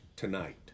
tonight